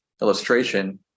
illustration